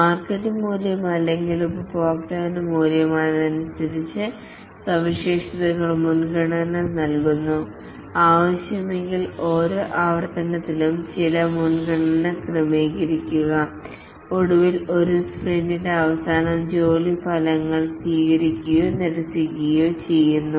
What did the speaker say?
market മൂല്യം അല്ലെങ്കിൽ ഉപഭോക്താവിന് മൂല്യം അനുസരിച്ച് സവിശേഷതകൾക്ക് മുൻഗണന നൽകുന്നു ആവശ്യമെങ്കിൽ ഓരോ ആവർത്തനത്തിലും ചിത്ര മുൻഗണന ക്രമീകരിക്കുക ഒടുവിൽ ഒരു സ്പ്രിന്റിന്റെ അവസാനം ജോലി ഫലങ്ങൾ സ്വീകരിക്കുകയോ നിരസിക്കുകയോ ചെയ്യുന്നു